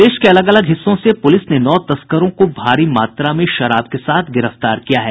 प्रदेश के अलग अलग हिस्सों से पुलिस ने नौ तस्करों को भारी मात्रा में शराब के साथ गिरफ्तार किया है